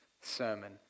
sermon